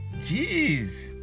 Jeez